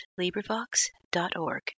LibriVox.org